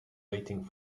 waiting